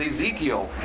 Ezekiel